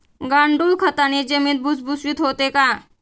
गांडूळ खताने जमीन भुसभुशीत होते का?